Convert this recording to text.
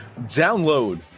download